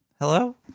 hello